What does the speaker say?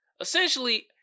essentially